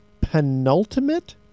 penultimate